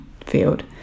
field